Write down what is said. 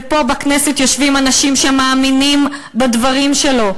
ופה בכנסת יושבים אנשים שמאמינים בדברים שלו,